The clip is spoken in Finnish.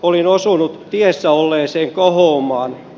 olin osunut tiessä olleeseen kohoumaan